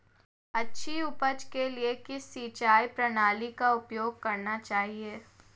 अच्छी उपज के लिए किस सिंचाई प्रणाली का उपयोग करना चाहिए?